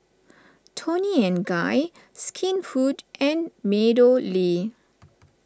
Toni and Guy Skinfood and MeadowLea